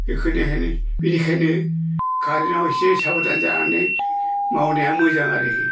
बेखौ देखायनो बिनिखायनो कारेन्टआव एसे साबदान जानानै मावनाया मोजां आरोखि